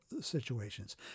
situations